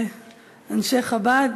אנשי חב"ד.